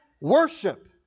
worship